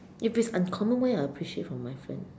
if it is uncommon why would I appreciate from my friend